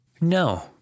No